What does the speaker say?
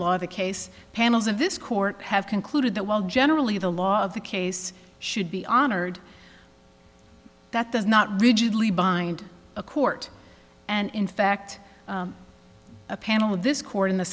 law the case panels of this court have concluded that while generally the law of the case should be honored that does not rigidly bind a court and in fact a panel of this court in the